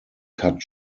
cut